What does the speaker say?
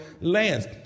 lands